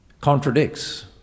contradicts